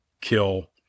kill